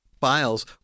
files